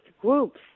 groups